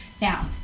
Now